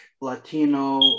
Latino